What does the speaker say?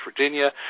Virginia